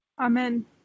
Amen